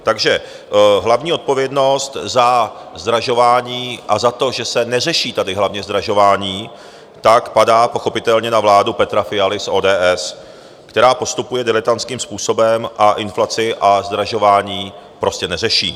Takže hlavní odpovědnost za zdražování a za to, že se neřeší tady hlavně zdražování, padá pochopitelně na vládu Petra Fialy z ODS, která postupuje diletantským způsobem a inflaci a zdražování prostě neřeší.